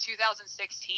2016